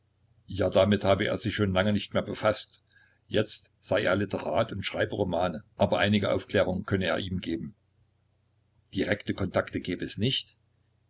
ja damit habe er sich schon lange nicht mehr befaßt jetzt sei er literat und schreibe romane aber einige aufklärungen könne er ihm geben direkte kontakte gebe es nicht